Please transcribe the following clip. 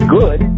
good